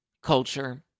Culture